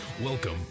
Welcome